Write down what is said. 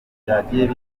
byagiye